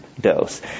dose